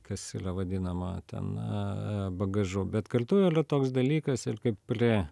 kas ylia vadinama na bagažu bet kaltu ylia toks dalykas ir kaip pre